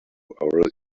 our